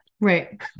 Right